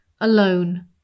alone